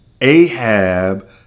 Ahab